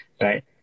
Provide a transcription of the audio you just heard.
right